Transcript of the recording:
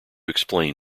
explain